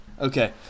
Okay